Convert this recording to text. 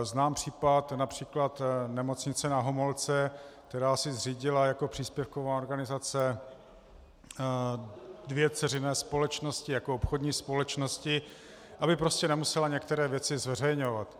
Znám případ například Nemocnice Na Homolce, která si zřídila jako příspěvková organizace dvě dceřiné společnosti jako obchodní společnosti, aby nemusela některé věci zveřejňovat.